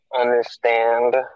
understand